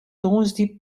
tongersdei